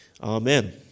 Amen